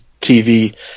TV